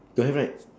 don't have right